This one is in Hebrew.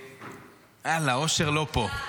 יאללה, אושר לא פה.